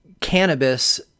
cannabis